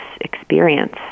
experience